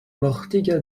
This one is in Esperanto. mortiga